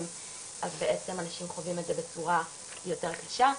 אז בעצם אנשים חווים את זה בצורה יותר קשה.